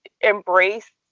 embrace